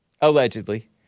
allegedly